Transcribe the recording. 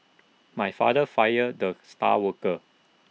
my father fired the star worker